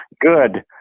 good